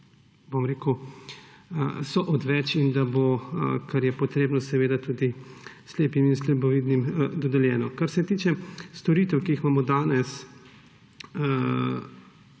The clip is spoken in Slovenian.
so odveč in da bo, kar je potrebno, seveda tudi slepim in slabovidnim dodeljeno. Kar se tiče storitev, ki se danes